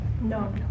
No